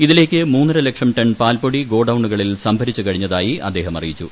ഇതിലേക്ക് മൂന്നര ലക്ഷം ടൺ പാൽപ്പൊടി ഗോഡൌണുകളിൽ സംഭരിച്ചു കഴിഞ്ഞതായി അദ്ദേഹം അറിയിച്ചു